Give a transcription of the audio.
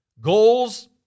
goals